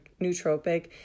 nootropic